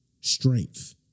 strength